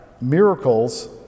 miracles